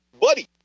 Buddy